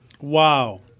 Wow